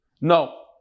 No